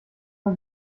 her